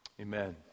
Amen